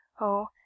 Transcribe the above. Oh